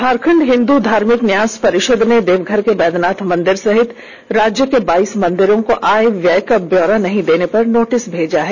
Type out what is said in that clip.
झारखंड हिंदू धार्मिक न्यास पर्षद ने देवघर के वैद्यनाथ मंदिर सहित राज्य के बाइस मंदिरों को आय व्यय का ब्यौरा नहीं देने पर नोटिस भेजा है